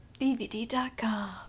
DVD.com